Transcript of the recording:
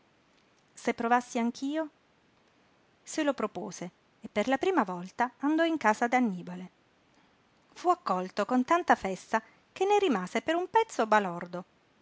se provassi anch'io se lo propose e per la prima volta andò in casa d'annibale fu accolto con tanta festa che ne rimase per un pezzo balordo